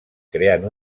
creant